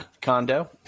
condo